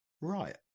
right